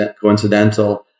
coincidental